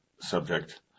subject